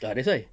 ya that's why